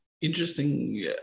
Interesting